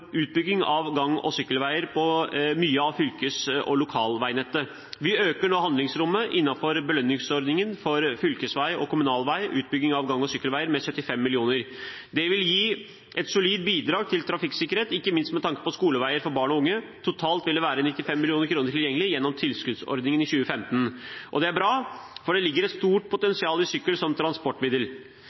utbygging av gang- og sykkelveier på mye av fylkes- og lokalveinettet. Vi øker nå handlingsrommet innenfor belønningsordningen for fylkesvei og kommunal vei og utbygging av gang- og sykkelveier med 75 mill. kr. Det vil gi et solid bidrag til trafikksikkerhet, ikke minst med tanke på skoleveier for barn og unge. Totalt vil det være 95 mill. kr tilgjengelig gjennom tilskuddsordningen i 2015. Det er bra, for det ligger et stort potensial i sykkel som transportmiddel.